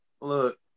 Look